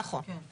נכון.